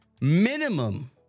minimum